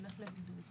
ילך לבידוד,